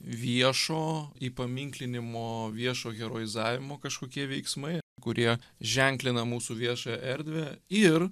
viešo įpaminklinimo viešo heroizavimo kažkokie veiksmai kurie ženklina mūsų viešąją erdvę ir